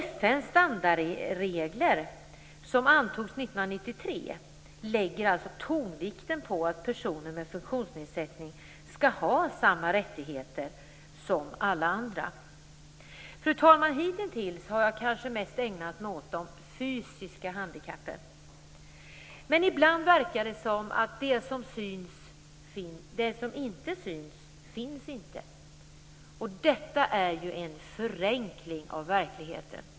FN:s standardregler, som antogs 1993, lägger tonvikten på att personer med funktionsnedsättning skall ha samma rättigheter som alla andra. Hittills har jag kanske mest ägnat mig åt de fysiska handikappen. Men ibland verkar det som att det som inte syns inte finns. Detta är en förenkling av verkligheten.